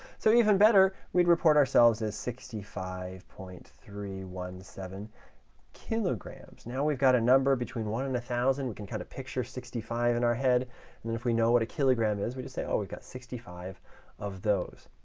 so even better, we report ourselves as sixty five point three one seven kilograms. now we've got a number between one and one thousand. we can kind of picture sixty five in our head, and then if we know what a kilogram is, we just say, oh, we've got sixty five of those.